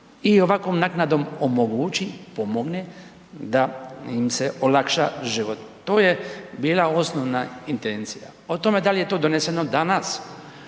i ovakvom naknadom omogući, pomogne da im se olakša život. To je bila osnovna intencija. O tome da li je to doneseno danas